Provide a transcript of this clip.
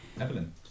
Evelyn